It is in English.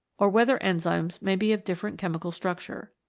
or whether enzymes may be of different chemical structure.